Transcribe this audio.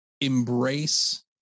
embrace